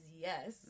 yes